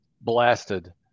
blasted